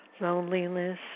loneliness